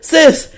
Sis